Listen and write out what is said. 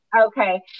okay